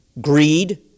greed